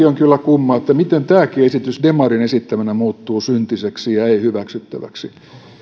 on kyllä kumma miten tämäkin esitys demarin esittämänä muuttuu syntiseksi ja ei hyväksyttäväksi